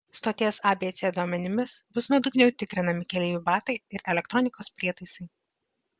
stoties abc duomenimis bus nuodugniau tikrinami keleivių batai ir elektronikos prietaisai